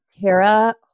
Tara